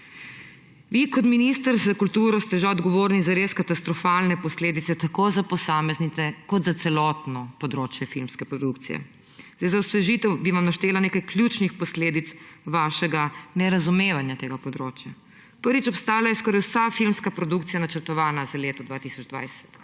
Vi kot minister za kulturo ste žal odgovorni za res katastrofalne posledice tako za posameznike kot za celotno področje filmske produkcije. Za osvežitev bi vam naštela nekaj ključnih posledic vašega nerazumevanja tega področja. Prvič, obstala je skoraj vsa filmska produkcija, načrtovana za leto 2020.